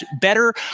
better